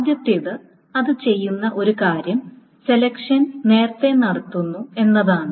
ആദ്യത്തേത് അത് ചെയ്യുന്ന ഒരു കാര്യം സെലക്ഷൻ നേരത്തേ നടത്തുന്നു എന്നതാണ്